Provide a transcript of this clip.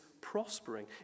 prospering